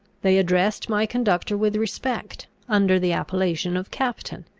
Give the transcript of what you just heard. they addressed my conductor with respect, under the appellation of captain.